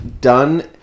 done